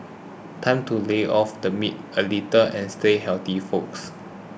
time to lay off the meat a little and stay healthy folks